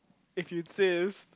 if you insist